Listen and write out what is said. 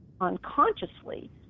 unconsciously